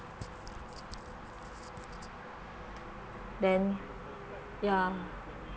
then ya